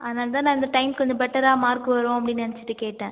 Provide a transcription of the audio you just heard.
அதனால் தான் நான் இந்த டைமுக்கு பெட்டராக மார்க் வரும் அப்படின்னு நினச்சிட்டு கேட்டேன்